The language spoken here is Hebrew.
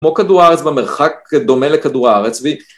כמו כדור הארץ במרחק דומה לכדור הארץ